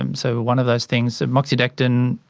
um so one of those things, moxidectin,